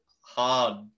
hard